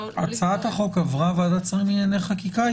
--- הצעת החוק עברה ועדת שרים לענייני חקיקה?